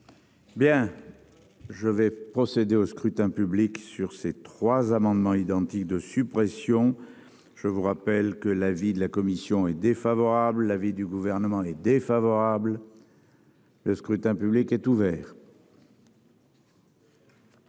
Bien. Je vais procéder au scrutin public sur ces trois amendements identiques de suppression. Je vous rappelle que l'avis de la commission est défavorable. L'avis du gouvernement les défavorable. Le scrutin public est ouvert.